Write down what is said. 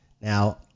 now